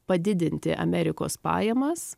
padidinti amerikos pajamas